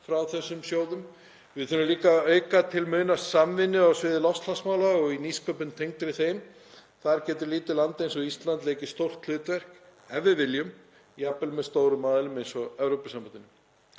frá þessum sjóðum. Við þurfum líka að auka til muna samvinnu á sviði loftslagsmála og í nýsköpun tengdri þeim. Þar getur lítið land eins og Ísland leikið stórt hlutverk, ef við viljum, jafnvel með stórum aðilum eins og Evrópusambandinu.